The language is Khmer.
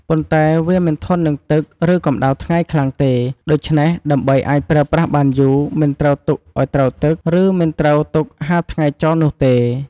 ប៉ុន្តែវាមិនធន់នឹងទឹក ឬកម្តៅថ្ងៃខ្លាំងទេ ដូច្នេះដើម្បីអាចប្រើប្រាស់បានយូរ មិនត្រូវទុកឲ្យត្រូវទឹក ឬមិនត្រូវទុកហាលថ្ងៃចោលនោះទេ។